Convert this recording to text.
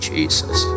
Jesus